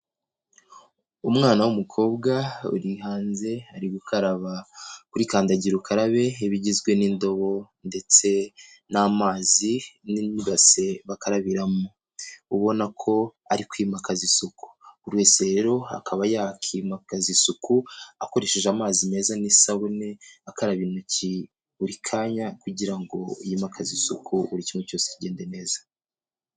Umwana w'umukobwa uri hanze ari gukaraba kuri kandagira ukarabe bigizwe n'indobo ndetse n'amazi n'ibase bakarabiramo, ubona ko ari kwimakaza isuku, buri wese rero akaba yakimakaza isuku akoresheje amazi meza n'isabune akaraba intoki buri kanya kugira ngo yimakaze isuku buri kimwe cyose kigende neza.